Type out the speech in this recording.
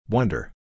Wonder